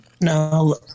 No